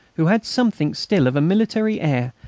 who had something still of a military air,